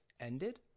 ended